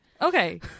Okay